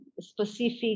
specific